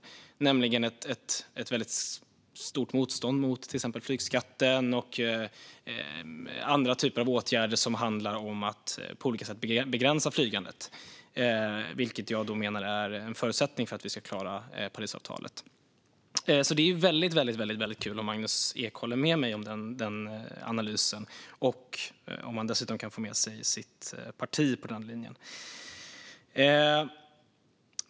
Det är nämligen ett väldigt stort motstånd mot exempelvis flygskatten och andra typer av åtgärder som handlar om att på olika sätt begränsa flygandet, vilket jag menar är en förutsättning för att vi ska klara Parisavtalet. Det är väldigt kul om Magnus Ek håller med mig om den analysen och om han dessutom kan få med sig sitt parti på den linjen.